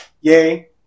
yay